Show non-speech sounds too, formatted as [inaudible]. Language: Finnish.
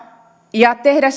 ja tehdä [unintelligible]